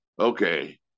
okay